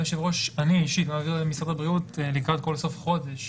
אני אישית מעביר את זה למשרד הבריאות לקראת כל סוף חודש